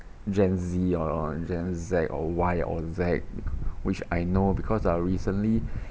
gen Z or gen Z or Y or Z which I know because uh recently